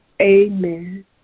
amen